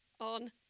on